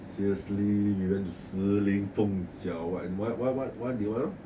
seriously 有 shilin feng jiao err what what what what what do you want